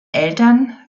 eltern